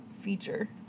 feature